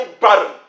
barren